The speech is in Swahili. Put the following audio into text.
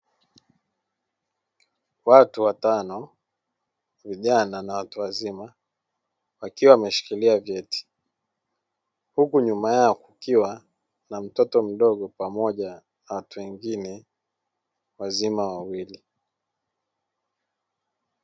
Watu watano vijana na watu wazima, wakiwa wameshikilia vyeti, huku nyuma yao kukiwa na mtoto mdogo, pamoja na watu wengine wazima wawili.